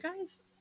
guys